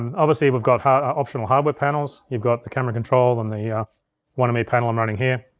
obviously, we've got optional hardware panels. you've got the camera control, and the yeah one m e panel i'm running here,